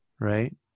right